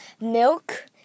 milk